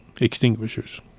extinguishers